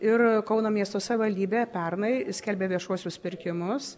ir kauno miesto savivaldybė pernai skelbė viešuosius pirkimus